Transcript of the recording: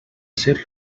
ser